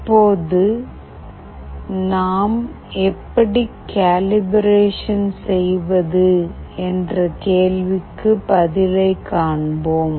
இப்போது நாம் எப்படி கலிப்ரேஷன் செய்வது என்ற கேள்விக்கு பதிலைக் காண்போம்